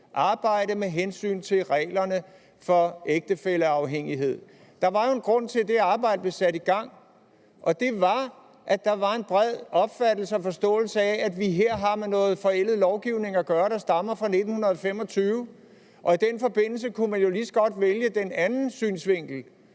arbejde med hensyn til reglerne for ægtefælleafhængighed. Der var jo en grund til, at det arbejde blev sat i gang, og det var, at der var en bred opfattelse og forståelse af, at vi her har med noget forældet lovgivning at gøre, som stammer fra 1925, og i den forbindelse kunne man jo lige så godt vælge en anden synsvinkel